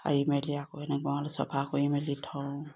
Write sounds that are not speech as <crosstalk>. <unintelligible>